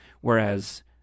whereas